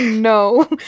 no